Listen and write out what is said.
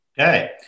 Okay